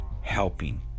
helping